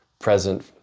present